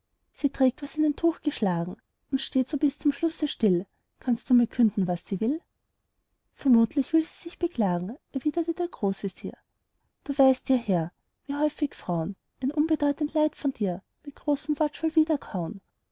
sie trägt was in ein tuch geschlagen und steht so bis zum schlusse still kannst du mir künden was sie will vermutlich will sie sich beklagen erwiderte der großvezier du weißt ja herr wie häufig frauen ein unbedeutend leid vor dir mit großem wortschwall wiederkauen